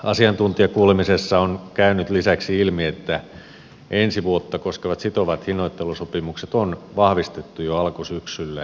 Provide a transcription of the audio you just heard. asiantuntijakuulemisessa on käynyt lisäksi ilmi että ensi vuotta koskevat sitovat hinnoittelusopimukset on vahvistettu jo alkusyksyllä